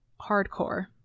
hardcore